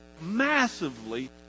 massively